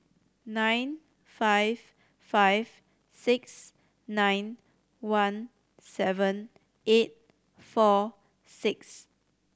nine five five six nine one seven eight four six